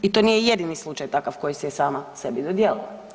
I to nije jedini slučaj takav koji si je sama sebi dodijelila.